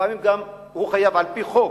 לפעמים הוא גם חייב על-פי חוק.